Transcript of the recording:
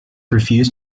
refused